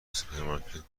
سوپرمارکت